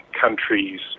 countries